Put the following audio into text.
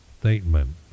statement